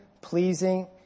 pleasing